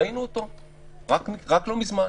ראינו אותו רק לא מזמן.